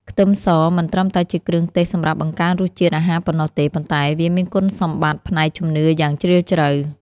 ខ្ទឹមសមិនត្រឹមតែជាគ្រឿងទេសសម្រាប់បង្កើនរសជាតិអាហារប៉ុណ្ណោះទេប៉ុន្តែវាមានគុណសម្បត្តិផ្នែកជំនឿយ៉ាងជ្រាលជ្រៅ។